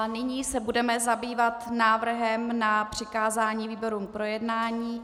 Nyní se budeme zabývat návrhem na přikázání výborům k projednání.